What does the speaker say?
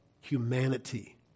humanity